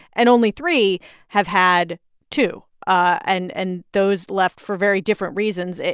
and only three have had two. and and those left for very different reasons.